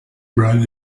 brand